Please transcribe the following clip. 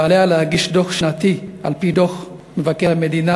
ועליה להגיש דוח שנתי, על-פי דוח מבקר המדינה.